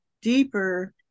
deeper